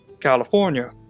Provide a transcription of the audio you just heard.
California